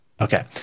Okay